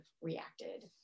reacted